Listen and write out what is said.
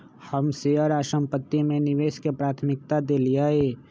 हम शेयर आऽ संपत्ति में निवेश के प्राथमिकता देलीयए